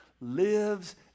lives